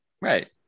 right